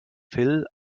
phil